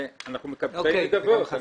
ואנחנו מקבצי נדבות.